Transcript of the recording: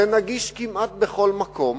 זה נגיש כמעט בכל מקום,